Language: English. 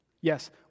Yes